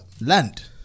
land